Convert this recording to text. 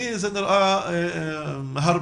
לי זה נראה הרבה.